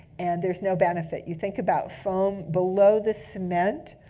and there's no benefit. you think about foam below the cement,